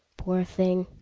poor thing.